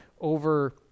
Over